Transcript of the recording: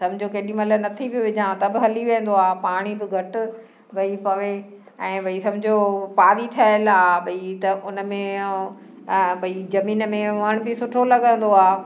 सम्झो केॾी महिल नथी बि विझां त बि हली वेंदो आहे पाणी बि घटि भई पवे ऐं भई सम्झो पारी ठहियल आहे उनमें भई जमीन में वण बि सुठो लगंदो आहे